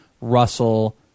Russell